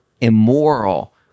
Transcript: immoral